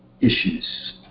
issues